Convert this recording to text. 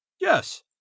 Yes